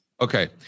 Okay